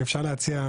אם אפשר להציע,